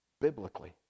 biblically